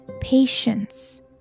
patience